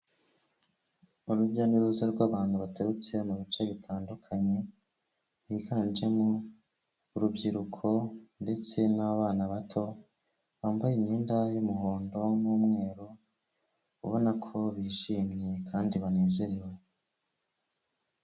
Urujya n'uruza rw'abantu baturutse mu bice bitandukanye biganjemo urubyiruko ndetse n'abana bato bambaye imyenda y'umuhondo n'umweru ubona ko bishimye kandi banezerewe.